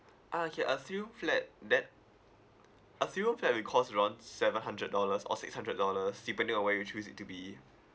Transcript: ah okay uh simei flat that uh simei flat will cost around seven hundred dollars or six hundred dollars depending on where you choose it to be